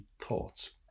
thoughts